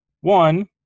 one